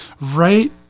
right